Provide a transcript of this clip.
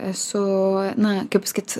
esu na kaip pasakyt